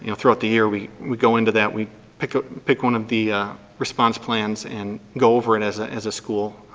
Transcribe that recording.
you know throughout the year we we go into that. we pick ah pick one of the response plans and go over it as ah as a school,